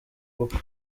ubukwe